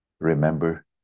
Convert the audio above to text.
remember